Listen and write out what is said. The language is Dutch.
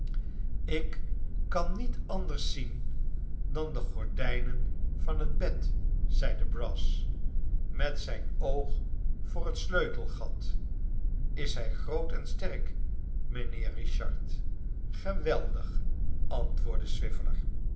ik kan niet anders zien dan de gordijnen van het bed zeide brass met zijn oog voor het sleutelgat is hij groot en sterk mijnheer richard geweldig antwoordde